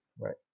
Right